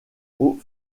aux